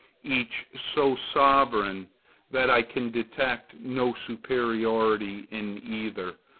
each so sovereign that i can detect no superiority in either,